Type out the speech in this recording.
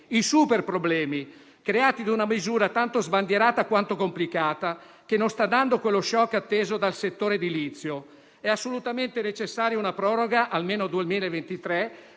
i superproblemi, creati da una misura tanto sbandierata quanto complicata, che non sta dando quello *shock* atteso dal settore edilizio. È assolutamente necessaria una proroga, almeno al 2023,